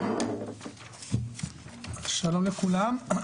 שלום לכולם,